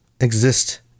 exist